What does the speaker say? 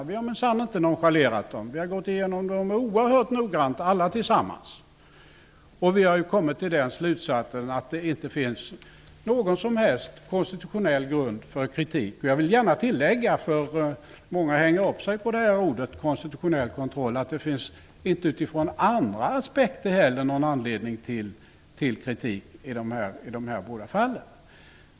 Vi har minsann inte nonchalerat dem utan gått igenom dem oerhört noggrant, alla tillsammans, och kommit till slutsatsen att det inte finns någon som helst konstitutionell grund för kritik. Eftersom många hänger upp sig på orden konstitutionell kontroll vill jag tillägga att det inte heller utifrån andra aspekter finns någon anledning till kritik i dessa båda fall.